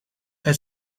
het